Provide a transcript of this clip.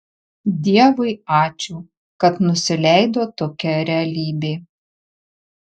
dievui ačiū kad nusileido tokia realybė